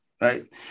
right